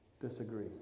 disagree